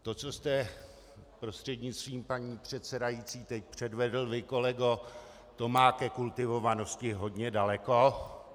To, co jste prostřednictvím paní předsedající teď předvedl vy, kolego, má ke kultivovanosti hodně daleko.